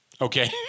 Okay